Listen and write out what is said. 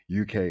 UK